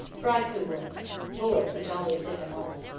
freikugeln, bullets which always hit the mark.